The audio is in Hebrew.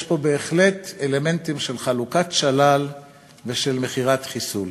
יש פה בהחלט אלמנטים של חלוקת שלל ושל מכירת חיסול.